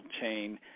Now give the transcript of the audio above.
chain